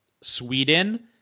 Sweden